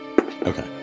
Okay